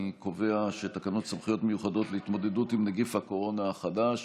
אני קובע שתקנות סמכויות מיוחדות להתמודדות עם נגיף הקורונה החדש